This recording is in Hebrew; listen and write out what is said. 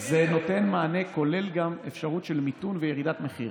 זה נותן מענה, כולל אפשרות של מיתון וירידת מחיר.